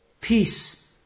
Peace